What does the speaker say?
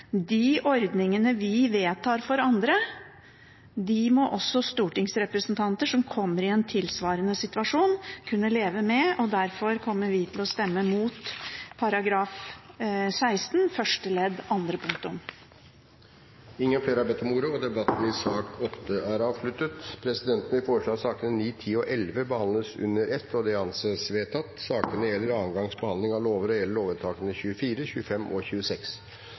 de ordningene vi vedtar for andre, må også stortingsrepresentanter som kommer i en tilsvarende situasjon, kunne leve med, og derfor kommer vi til å stemme mot § 16 første ledd andre punktum. Flere har ikke bedt om ordet til sak nr. 8. Presidenten foreslår at sakene nr. 9, 10 og 11, som er andre gangs behandling av lovsaker og gjelder lovvedtakene 24, 25 og 26, behandles under ett. – Det anses vedtatt.